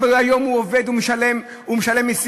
אבל היום הוא עובד ומשלם מסים,